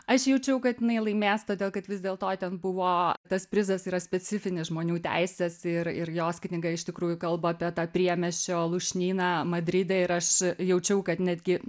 aš jaučiau kad jinai laimės todėl kad vis dėl to ten buvo tas prizas yra specifinis žmonių teisės ir ir jos knyga iš tikrųjų kalba apie tą priemiesčio lūšnyną madride ir aš jaučiau kad netgi